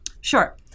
Sure